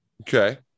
Okay